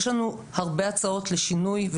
יש לנו הרבה הצעות לשינוי,